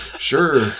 Sure